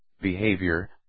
behavior